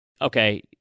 Okay